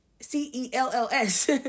C-E-L-L-S